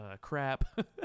crap